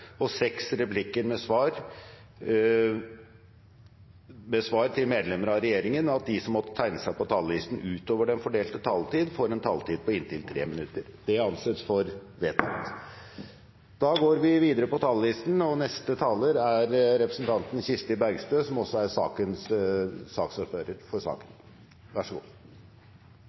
og seks replikker med svar etter innlegg fra medlem av regjeringen innenfor den fordelte taletid, og at de som måtte tegne seg på talerlisten utover den fordelte taletid, får en taletid på inntil 3 minutter. – Det anses vedtatt. Første taler er representanten Hege Jensen, for ordfører for saken.